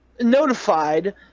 notified